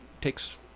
takes